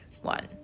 one